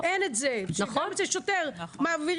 יש כאן